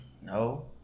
no